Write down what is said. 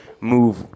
move